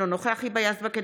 אינו נוכח היבה יזבק,